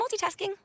multitasking